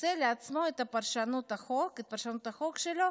עושה לעצמו את פרשנות החוק שלו,